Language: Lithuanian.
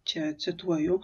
čia cituoju